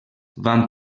van